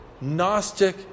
Gnostic